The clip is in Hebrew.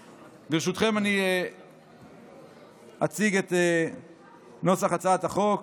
ברשותכם, אני אציג את נוסח הצעת החוק,